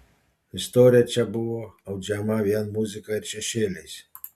istorija čia buvo audžiama vien muzika ir šešėliais